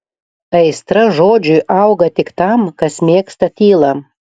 aistra žodžiui auga tik tam kas mėgsta tylą